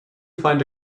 find